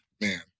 man